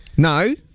No